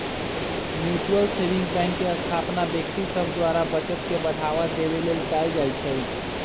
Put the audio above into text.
mutual saving bank के स्थापना व्यक्ति सभ द्वारा बचत के बढ़ावा देबे लेल कयल जाइ छइ